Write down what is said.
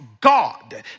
God